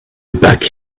back